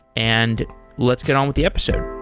and let's get on with the episode